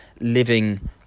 living